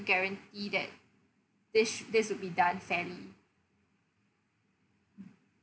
guarantee that this this would be done fairly